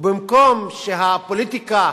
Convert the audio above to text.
ובמקום שהפוליטיקה